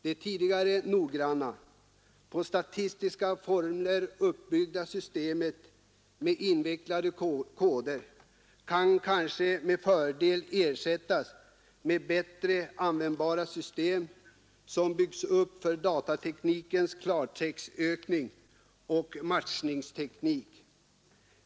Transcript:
Det tidigare noggranna, på statistiska formler uppbyggda systemet med invecklade koder kan kanske med fördel ersättas och bättre användbara system byggas upp för datateknikens klartextsökning och matchningsteknik.